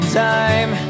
time